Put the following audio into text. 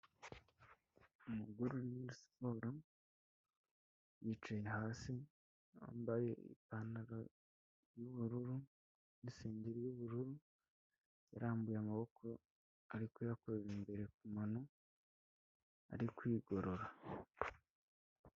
Umugore uri muri siporo yicaye hasi yambaye ipantaro y'ubururu n'isengeri y'ubururu, yarambuye amaboko ari ku yakoza imbere kumano ari kwigorora.